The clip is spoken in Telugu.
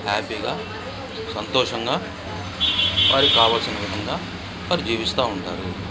హ్యాపీగా సంతోషంగా వారికి కావాల్సిన విధంగా వారు జీవిస్తు ఉంటారు